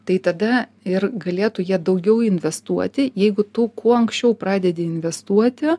tai tada ir galėtų jie daugiau investuoti jeigu tu kuo anksčiau pradedi investuoti